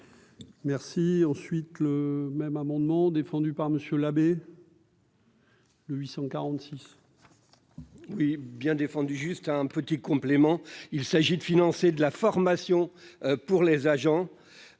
Merci ensuite le même amendement défendu par monsieur l'abbé. Le 800 46. Oui bien défendu, juste un petit complément, il s'agit de financer de la formation pour les agents,